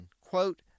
quote